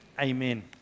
Amen